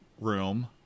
room